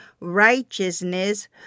righteousness